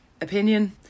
opinion